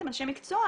אתם אנשי מקצוע,